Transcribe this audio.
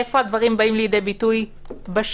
איפה הדברים באים לידי ביטוי בשטח?